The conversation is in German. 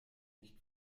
nicht